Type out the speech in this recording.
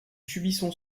subissons